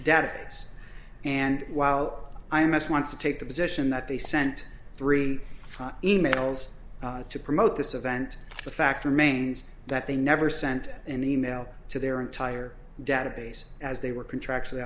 database and while i am most wants to take the position that they sent three emails to promote this event the fact remains that they never sent an email to their entire database as they were contractually